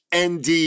ND